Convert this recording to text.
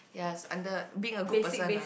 ya it's under being a good person lah